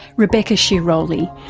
rebecca sciroli,